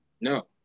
No